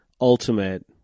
ultimate